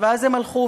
ואז הם הלכו.